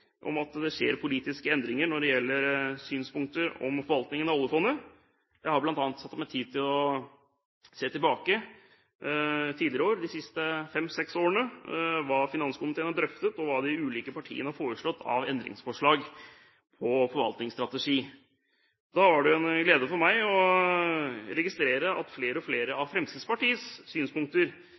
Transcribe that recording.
om at det skjer politiske endringer når det gjelder synspunkter om forvaltningen av oljefondet. Jeg har bl.a. tatt meg tid til å se tilbake – de siste fem, seks årene – på hva finanskomiteen har drøftet tidligere, og hva de ulike partiene har foreslått av endringsforslag når det gjelder forvaltningsstrategi. Da er det en glede for meg å registrere at flere og flere av Fremskrittspartiets